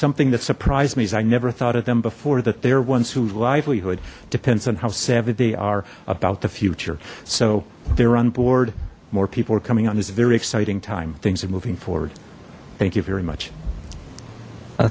something that surprised me is i never thought of them before that they're ones whose livelihood depends on how savvy they are about the future so they're on board more people are coming on is a very exciting time things are moving forward thank you very much i